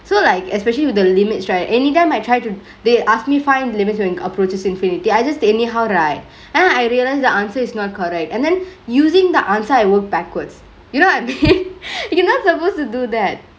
so like especially with the limits right anytime I try to they asked me find limits in approaches infinity I just anyhow right then I realize the answer is not correct and then usingk the answer I worked backwards you know what I mean you're not supposed to do that